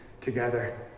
together